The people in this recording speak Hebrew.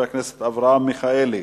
בניסן התשס"ט (1 באפריל 2009):